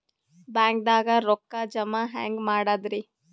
ಬ್ಯಾಂಕ್ದಾಗ ರೊಕ್ಕ ಜಮ ಹೆಂಗ್ ಮಾಡದ್ರಿ?